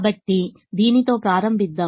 కాబట్టి దీనితో ప్రారంభిద్దాం